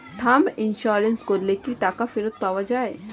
Term insurance করলে কি টাকা ফেরত পাওয়া যায়?